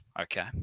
Okay